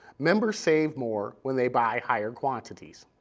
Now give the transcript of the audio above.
members save more when they buy higher quantities.